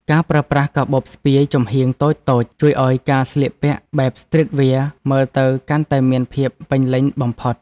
ការប្រើប្រាស់កាបូបស្ពាយចំហៀងតូចៗជួយឱ្យការស្លៀកពាក់បែបស្ទ្រីតវែរមើលទៅកាន់តែមានភាពពេញលេញបំផុត។